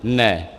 Ne.